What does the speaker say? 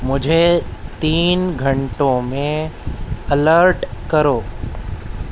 مجھے تین گھنٹوں میں الرٹ کرو